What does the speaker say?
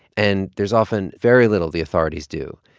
and there's often very little the authorities do.